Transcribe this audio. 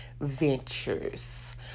ventures